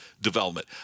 development